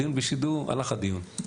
הדיון בשידור, הלך הדיון.